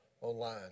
online